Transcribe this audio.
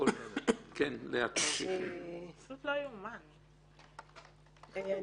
זה פשוט לא יאומן, זה